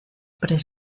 pre